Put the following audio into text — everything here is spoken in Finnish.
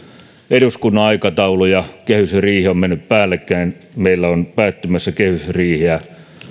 eduskunnan aikataulu ja kehysriihi on mennyt päällekkäin meillä on päättymässä kehysriihi ja